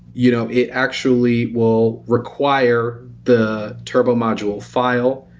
you know it actually will require the turbo module file,